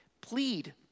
Plead